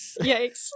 Yikes